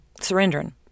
surrendering